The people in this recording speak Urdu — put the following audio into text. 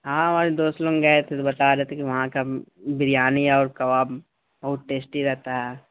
ہاں ہمارے دوست لوگ گئے تھے تو بتا رہے تھے کہ وہاں کا بریانی اور کباب بہت ٹیسٹی رہتا ہے